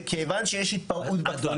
כיוון שיש התפרעות בכפר.